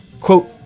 Quote